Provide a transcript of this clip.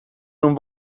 non